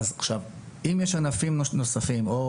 אז אם יש ענפים נוספים או